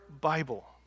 Bible